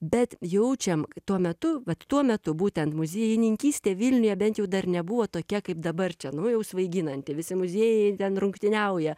bet jaučiam tuo metu vat tuo metu būtent muziejininkystė vilniuje bent jau dar nebuvo tokia kaip dabar čia nu jau svaiginanti visi muziejai ten rungtyniauja